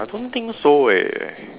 I don't think so eh